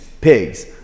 Pigs